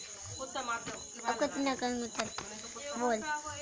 मैं अपने bank account का पूरा विवरण कैसे पता कर सकता हूँ?